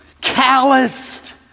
calloused